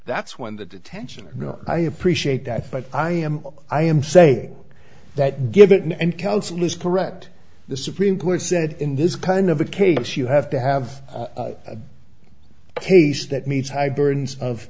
that's when the detention no i appreciate that but i am i am saying that given and counsel is correct the supreme court said in this kind of a case you have to have a case that meets high burden of